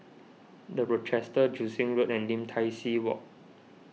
the Rochester Joo Seng Road and Lim Tai See Walk